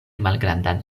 malgrandan